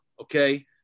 okay